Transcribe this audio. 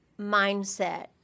mindset